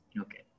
Okay